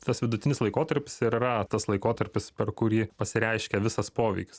tas vidutinis laikotarpis ir yra tas laikotarpis per kurį pasireiškia visas poveikis